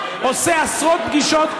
עושה עשרות פגישות,